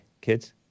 kids